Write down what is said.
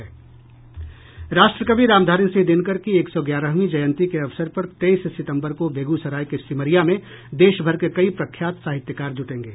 राष्ट्रकवि रामधारी सिंह दिनकर की एक सौ ग्यारहवीं जयंती के अवसर पर तेईस सितम्बर को बेगूसराय के सिमरिया में देशभर के कई प्रख्यात साहित्यकार जूटेगें